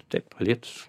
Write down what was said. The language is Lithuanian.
taip alytus